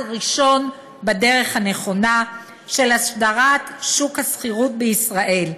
ראשון בדרך הנכונה של הסדרת שוק השכירות בישראל.